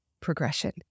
progression